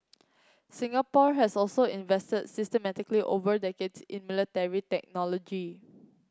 Singapore has also invested systematically over decades in military technology